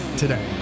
today